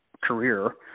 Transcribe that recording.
career